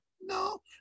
no